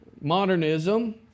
Modernism